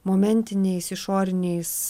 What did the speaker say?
momentiniais išoriniais